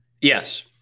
Yes